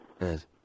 Yes